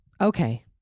okay